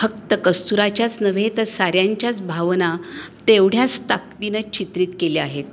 फक्त कस्तुराच्याच नव्हे तर साऱ्यांच्याच भावना तेवढ्याच ताकदीनं चित्रित केले आहेत